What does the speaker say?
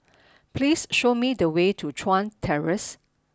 please show me the way to Chuan Terrace